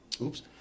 Oops